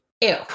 ew